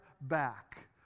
back